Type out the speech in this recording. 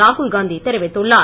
ராகுல் காந்தி தெரிவித்துள்ளார்